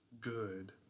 good